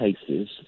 cases